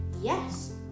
Yes